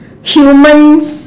humans